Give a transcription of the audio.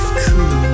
cool